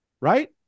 Right